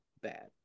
bad